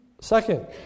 Second